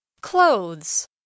Clothes